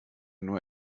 nur